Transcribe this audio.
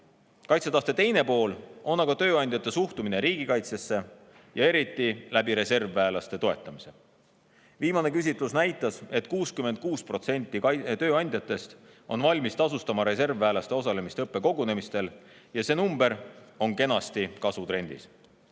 Kaitsetahte teine pool on tööandjate suhtumine riigikaitsesse, seda eriti läbi reservväelaste toetamise. Viimane küsitlus näitas, et 66% tööandjatest on valmis tasustama reservväelaste osalemist õppekogunemistel, ja see number on kenasti kasvutrendis.